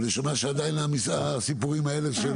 אבל אני שומע עדיין את הסיפורים האלה.